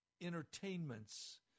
entertainments